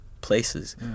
places